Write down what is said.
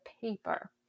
paper